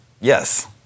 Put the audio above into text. yes